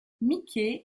mickey